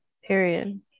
period